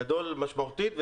גדול משמעותית,